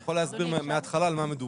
אני יכול להסביר מהתחלה על מה מדובר.